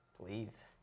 Please